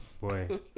boy